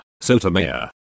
Sotomayor